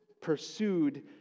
pursued